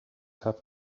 have